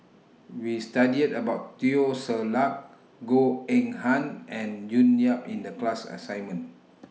We studied about Teo Ser Luck Goh Eng Han and June Yap in The class assignment